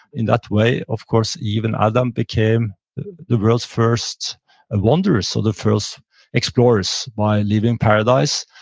in that way, of course, even adam became the world's first wanderer, so the first explorers by leaving paradise,